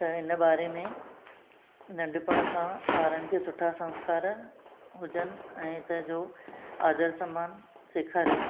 त हिन बारे में नंढपणु खां ॿारनि खे सुठा संस्कार हुजनि ऐं हित जो आदरु सम्मानु सेखारियो